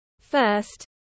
first